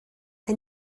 and